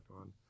on